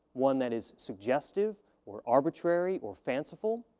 one that is suggestive or arbitrary or fanciful.